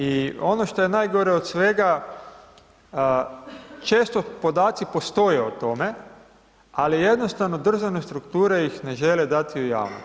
I ono što je najgore od svega, često podaci postoje o tome, ali jednostavno državne strukture ih ne žele dati u javnost.